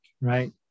right